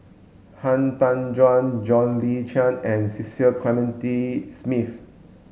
Han Tan Juan John Le Cain and Cecil Clementi Smith